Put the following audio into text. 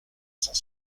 cent